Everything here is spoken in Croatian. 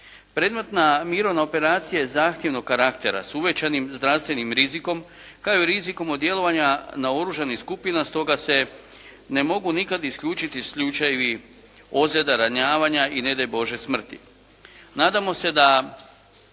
Predmetna mirovna operacija je zahtjevnog karaktera s uvećanim zdravstvenim rizikom, kao i rizikom od djelovanje naoružanih skupina stoga se ne mogu nikada isključiti slučajevi ozljeda, ranjavanja i ne daj bože smrti.